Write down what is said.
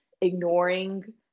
ignoring